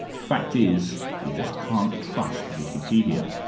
fact is, you just can't trust wikipedia.